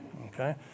Okay